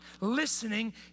listening